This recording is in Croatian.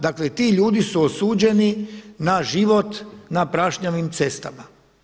Dakle ti ljudi su osuđeni na život na prašnjavim cestama.